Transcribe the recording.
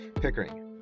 pickering